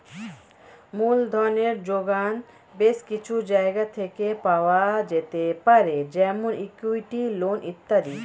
মূলধনের জোগান বেশ কিছু জায়গা থেকে পাওয়া যেতে পারে যেমন ইক্যুইটি, লোন ইত্যাদি